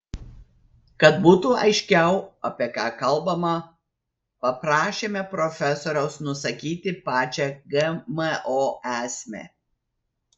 kad būtų aiškiau apie ką kalbama paprašėme profesoriaus nusakyti pačią gmo esmę